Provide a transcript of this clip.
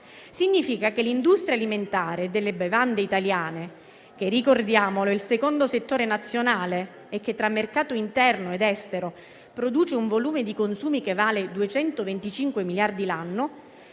significa che l'industria alimentare delle bevande italiane, che - ricordiamolo - è il secondo settore nazionale e che tra mercato interno ed estero produce un volume di consumi che vale 225 miliardi l'anno,